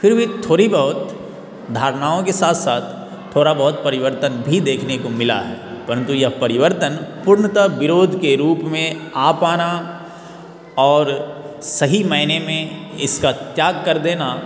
फिर भी थोड़ी बहुत धारणाओं के साथ साथ थोड़ा बहुत परिवर्तन भी देखने को मिला है परंतु यह परिवर्तन पूर्णतः विरोध के रूप में आ पाना और सही मायने में इसका त्याग कर देना